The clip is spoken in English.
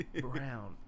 Brown